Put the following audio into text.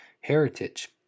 heritage